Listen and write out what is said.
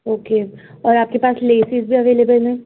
okay اور آپ کے پاس لیسیز بھی اویلیبل ہیں